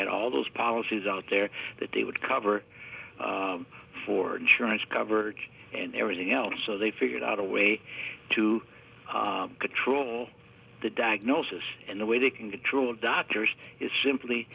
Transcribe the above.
had all those policies out there that they would cover for insurance coverage and everything else so they figured out a way to control the diagnosis and the way they can control doctors is simply